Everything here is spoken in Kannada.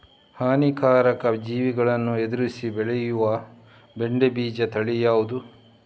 ಹಾನಿಕಾರಕ ಜೀವಿಗಳನ್ನು ಎದುರಿಸಿ ಬೆಳೆಯುವ ಬೆಂಡೆ ಬೀಜ ತಳಿ ಯಾವ್ದು?